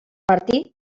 martí